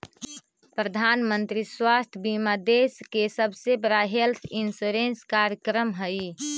प्रधानमंत्री स्वास्थ्य बीमा देश के सबसे बड़ा हेल्थ इंश्योरेंस कार्यक्रम हई